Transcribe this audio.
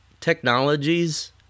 technologies